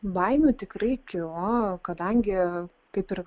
baimių tikrai kilo kadangi kaip ir